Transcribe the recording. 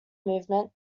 movement